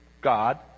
God